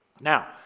Now